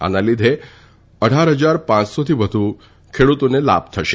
આના લીધે અઢાર ફજાર પાંયસો થી વધુ ખેડતોને લાભ થશે